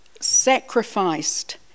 sacrificed